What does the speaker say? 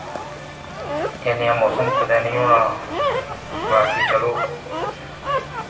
एह् नेहा मौसम कुतै नि होना बाकी चलो